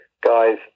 guys